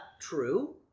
true